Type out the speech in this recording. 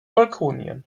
balkonien